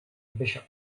bishop